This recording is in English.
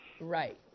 Right